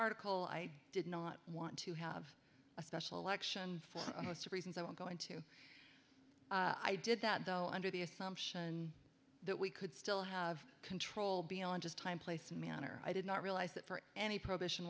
article i did not want to have a special election for a host of reasons i won't go into i did that though under the assumption that we could still have control beyond just time place and manner i did not realize that for any probation